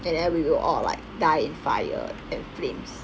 and then we will all like die in fire and flames